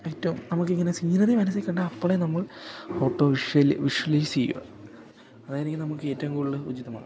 ഏറ്റവും നമുക്കിങ്ങനെ സീനറി മനസ്സിൽ കണ്ടാൽ അപ്പളേ നമ്മൾ ഓട്ടോ വിഷ്വല് വിഷ്വലൈസ് ചെയ്യുക അതായത് നമുക്ക് ഏറ്റവും കൂടുതൽ ഉചിതമാണ്